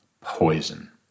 poison